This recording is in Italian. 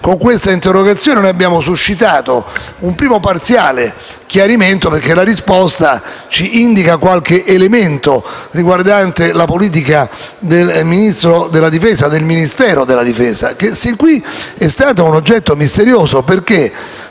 sindacato ispettivo noi abbiamo suscitato un primo parziale chiarimento, perché la risposta ci indica qualche elemento riguardante la politica del Ministero della difesa, che sin qui è stato un oggetto misterioso.